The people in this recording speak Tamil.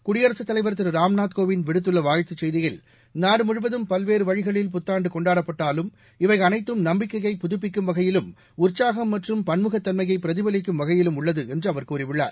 குடியரசுத் தலைவர் திரு ராம்நாத் கோவிந்த் விடுத்துள்ள வாழ்த்துச் செய்தியில் நாடு முழுவதும் பல்வேறு வழிகளில் புத்தாண்டு கொண்டாடப்பட்டாலும் இவை அனைத்தும் நம்பிக்கையை புதுப்பிக்கும் வகையில் உற்சாகம் மற்றும் பன்முகத் தன்மையை பிரதிபலிக்கும் வகையில் உள்ளது என்று அவர் கூறியுள்ளார்